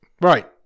Right